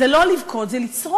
זה לא לבכות, זה לצרוח.